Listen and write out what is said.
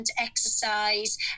Exercise